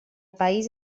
país